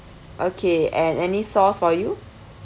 okay and any sauce for you